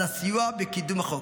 על הסיוע בקידום החוק,